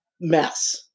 mess